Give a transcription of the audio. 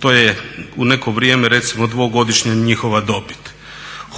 To je u neko vrijeme recimo dvogodišnja njihova dobit.